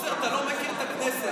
--- האוזר, אתה לא מכיר את הכנסת.